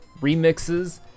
remixes